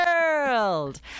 world